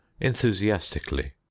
ENTHUSIASTICALLY